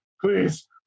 please